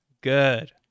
Good